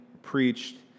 preached